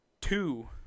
two